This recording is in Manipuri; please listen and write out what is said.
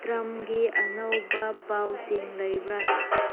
ꯇ꯭ꯔꯝꯒꯤ ꯑꯅꯧꯕ ꯄꯥꯎꯁꯤꯡ ꯂꯩꯕ꯭ꯔꯥ